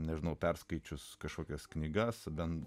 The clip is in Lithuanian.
nežinau perskaičius kažkokias knygas bent